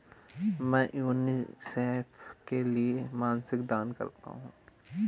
मैं यूनिसेफ के लिए मासिक दान करता हूं